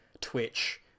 Twitch